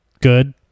good